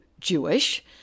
Jewish